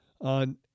On